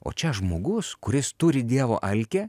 o čia žmogus kuris turi dievo alkį